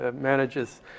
manages